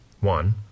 One